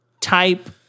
type